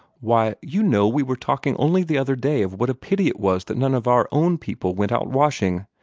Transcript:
why, you know we were talking only the other day of what a pity it was that none of our own people went out washing,